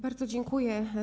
Bardzo dziękuję.